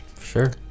sure